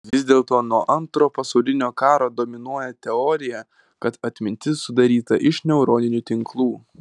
vis dėlto nuo antro pasaulinio karo dominuoja teorija kad atmintis sudaryta iš neuroninių tinklų